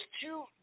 two